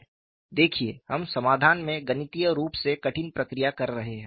देखिए हम समाधान में गणितीय रूप से कठिन प्रक्रिया कर रहे हैं